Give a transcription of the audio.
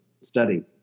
study